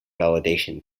validation